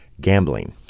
gambling